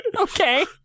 Okay